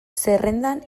zerrendan